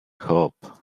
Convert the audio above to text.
hope